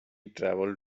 travel